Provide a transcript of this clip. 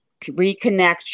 reconnect